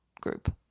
group